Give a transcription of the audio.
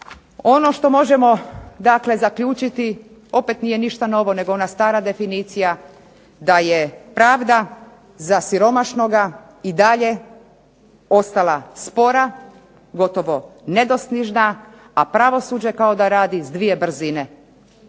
Ono što možemo dakle zaključiti opet nije ništa novo nego ona stara definicija, da je pravda za siromašnoga i dalje ostala spora, gotovo nedostižna, a pravosuđe kao da radi s dvije brzine.